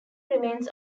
remains